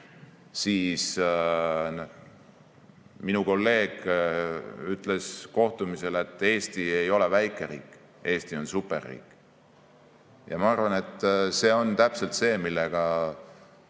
siis minu kolleeg ütles kohtumisel, et Eesti ei ole väikeriik – Eesti on superriik. Ja ma arvan, et see on täpselt see, millega